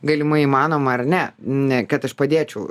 galimai įmanoma ar ne ne kad aš padėčiau